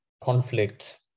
conflict